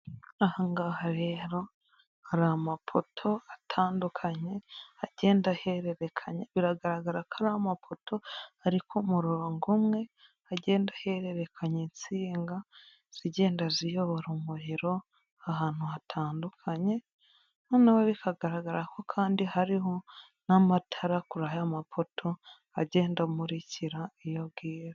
Ahangaha rero hari amapoto atandukanye agenda ahererekana biragaragara ko ari amapoto ari murongo umwe hagenda uhererekanya insinga zigenda ziyobora umuriro ahantu hatandukanye noneho bikagaragara ko kandi hariho n'amatara kuruhande rwaya mapoto agenda amurikira iyobwira.